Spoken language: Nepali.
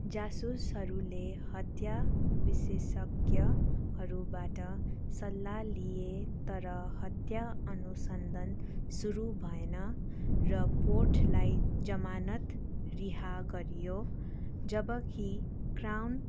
जासुसहरूले हत्या विशेषज्ञहरूबाट सल्लाह लिए तर हत्या अनुसन्धान सुरु भएन र पोटलाई जमानत रिहा गरियो जब कि क्राम